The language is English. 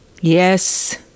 yes